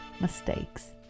mistakes